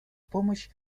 помощь